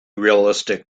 realistic